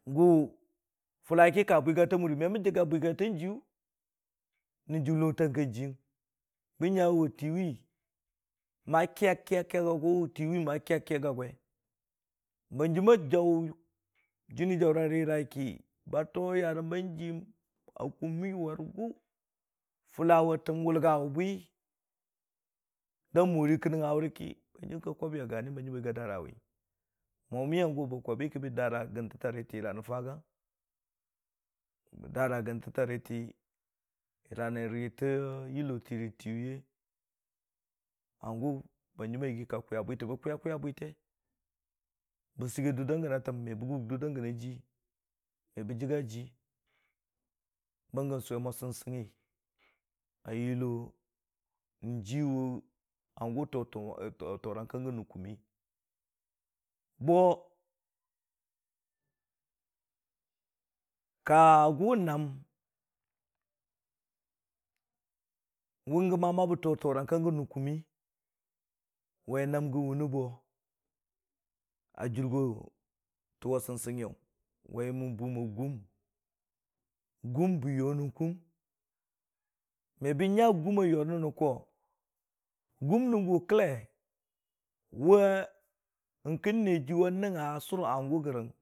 Gʊ fʊla ki, ka bwigata muri me mən jəgga bwigatang jiyʊ rə jʊnglo tang kan jiyəng bən nya wʊ tii wi ma kiyak kiyak a gwe, ban hanjim a jaʊ jɨnii jaʊre a rira ki ba too yarəm ba jiyəm a kʊm warigʊ, fʊla wʊ təm wʊlga bwi da mori kə nəngnga wʊrə ki, kə hanjim ka kaʊbwi a gani hanjim ba yigi a daarawi, mwami yigi ki ba dara gəntə ta riite yəra rə fagang, ba daara a gəngtəta riiti yəra riita yʊlo tɨrə tɨyʊ ye ba hanjim a yigi kə ka kwiya bwite bə kwiyakwiya bwite, bə səggi dur dan gən a təm me bə gʊg dʊr da gəna jii me bə jəgga jii, bənggə sʊwe mo sɨngsɨngngi a yʊlo jiwu hangʊ too toorang kang gən kə kʊmmi. Bo ka gʊ naam wʊn gəma ma bə too toorang kang gən jə kʊmmi wai naam gən wʊnɨ ba, a jʊrgo tən wa sɨngsɨngngiyʊm mən buu mo gum, gum bə yo nən kʊm, me bə nya gʊm bə yo nən kʊm, me bə nya gʊm a yo nən nən koo, gʊm nən gʊ kəlle, wee n'kə Niiyagʊwʊ a sʊrre gərəng.